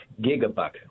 gigabuck